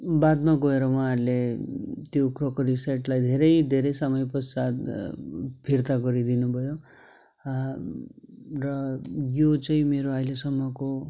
बादमा गएर उहाँहरूले त्यो क्रकरी सेटलाई धेरै धेरै समय पश्चात् फिर्ता गरिदिनु भयो र यो चाहिँ मेरो अहिलेसम्मको